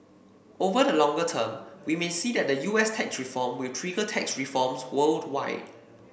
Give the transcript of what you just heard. over the longer term we may see that the U S tax reform will trigger tax reforms worldwide